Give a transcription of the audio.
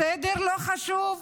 הסדר לא חשוב?